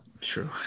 True